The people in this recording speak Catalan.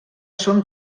són